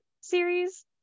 series